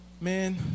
man